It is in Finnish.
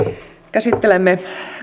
käsittelemme